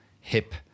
hip